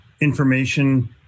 information